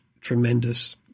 tremendous